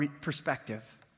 perspective